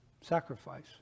sacrifice